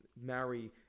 marry